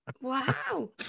Wow